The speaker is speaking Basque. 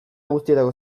guztietako